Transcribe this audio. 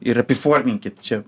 ir apiforminkit čia